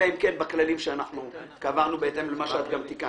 אלא בכללים שקבענו ובהתאם למה שתיקנת.